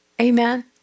Amen